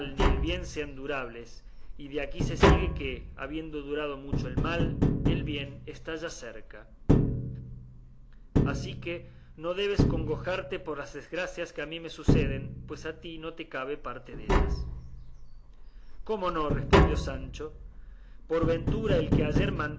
ni el bien sean durables y de aquí se sigue que habiendo durado mucho el mal el bien está ya cerca así que no debes congojarte por las desgracias que a mí me suceden pues a ti no te cabe parte dellas cómo no respondió sancho por ventura el que ayer